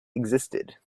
existed